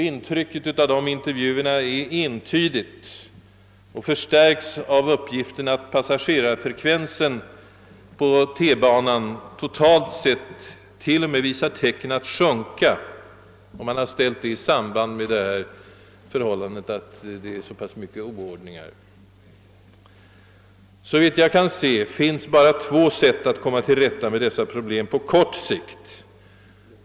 Intrycket av dessa intervjuer är entydigt och förstärks av uppgiften att passagerarfrekvensen på T-banan totalt sett till och med visat tecken att sjunka. Man har ställt detta i samband med det förhållandet att det brister så mycket i ordningshänseende på T-stationerna och i T-tågen. Såvitt jag kan se finns det bara två sätt att komma till rätta med dessa problem på kort sikt.